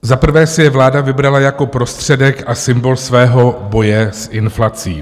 Za prvé si je vláda vybrala jako prostředek a symbol svého boje s inflací.